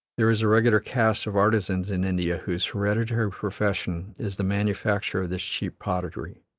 there is a regular caste of artisans in india whose hereditary profession is the manufacture of this cheap pottery